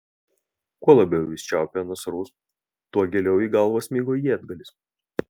kuo labiau jis čiaupė nasrus tuo giliau į galvą smigo ietigalis